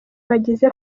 bagize